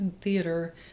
theater